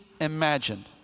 imagined